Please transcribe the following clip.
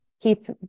keep